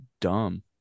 dumb